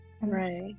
Right